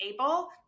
Able